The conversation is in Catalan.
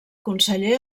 conseller